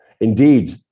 Indeed